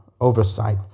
oversight